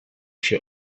się